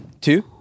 Two